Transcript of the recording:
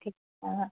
ঠিক অঁ